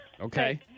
Okay